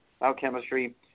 biochemistry